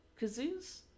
Kazoos